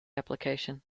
application